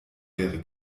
wäre